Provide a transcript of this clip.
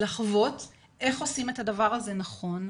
לחוות איך עושים את הדבר הזה נכון.